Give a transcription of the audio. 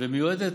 ומיועדת